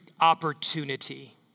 opportunity